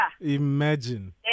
imagine